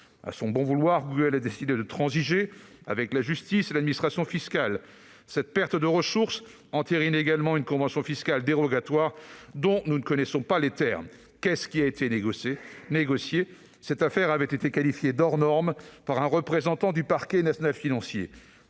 À son bon vouloir, Google a décidé de « transiger » avec la justice et l'administration fiscale. Cette perte de ressources entérine également une convention fiscale dérogatoire dont nous ne connaissons pas les termes. Qu'est-ce qui a été négocié ? Cette affaire avait été qualifiée d'« hors norme » par un représentant du parquet national financier.